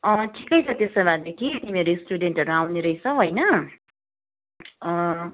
अँ ठिकै छ त्यसो भएदेखि तिमीहरू स्टुडेन्सहरू आउने रहेछौ होइन